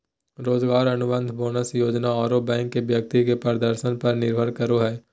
रोजगार अनुबंध, बोनस योजना आरो बैंक के व्यक्ति के प्रदर्शन पर निर्भर करो हइ